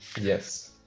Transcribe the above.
Yes